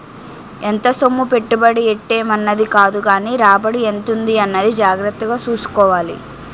ఎంత సొమ్ము పెట్టుబడి ఎట్టేం అన్నది కాదుగానీ రాబడి ఎంతుంది అన్నది జాగ్రత్తగా సూసుకోవాలి